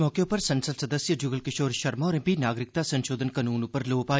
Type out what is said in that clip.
मौके उप्पर संसद सदस्य जुगल किशोर शर्मा होरें बी नागरिकता संशोधन कनून उप्पर लोह पाई